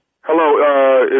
Hello